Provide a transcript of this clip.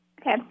Okay